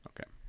Okay